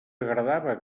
agradava